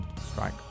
Strike